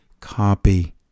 Copy